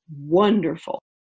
wonderful